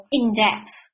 in-depth